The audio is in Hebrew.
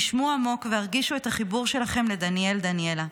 נשמו עמוק והרגישו את החיבור שלכם לדניאל דניאלה.